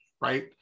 right